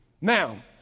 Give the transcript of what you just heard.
Now